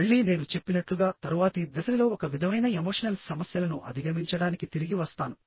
మళ్ళీ నేను చెప్పినట్లుగా తరువాతి దశలో ఒక విధమైన ఎమోషనల్ సమస్యలను అధిగమించడానికి తిరిగి వస్తాను